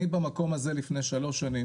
אני במקום הזה לפני שלוש שנים